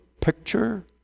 picture